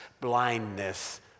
blindness